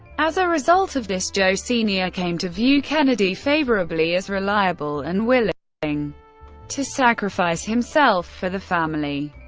as a result of this, joe sr. came to view kennedy favorably as reliable and willing willing to sacrifice himself for the family.